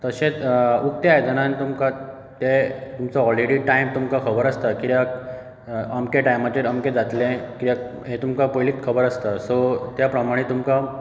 तशेंच उक्त्या आयदनांत तुमकां ते तुमचो ऑलरेडी टायम तुमकां खबर आसता कित्याक अमक्या टायमाचेर अमकें जातलें कित्याक हें तुमकां पयलींच खबर आसता सो त्या प्रमाणें तुमकां